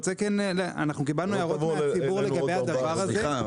אנו קיבלנו הערות מהציבור לגבי הדבר הזה.